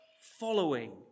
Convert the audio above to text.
following